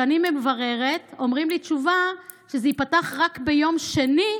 כשאני מבררת נותנים לי תשובה שזה ייפתח רק ביום שני,